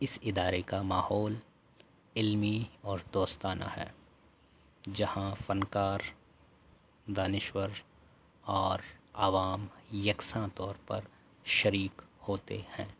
اس ادارے کا ماحول علمی اور دوستانہ ہے جہاں فنکار دانشور اور عوام یکساں طور پر شریک ہوتے ہیں